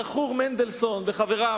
זכורים מנדלסון וחבריו,